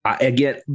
again